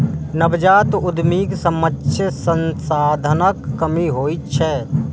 नवजात उद्यमीक समक्ष संसाधनक कमी होइत छैक